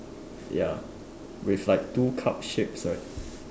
ya with like two cup shapes right